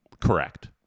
Correct